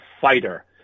fighter